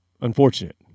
unfortunate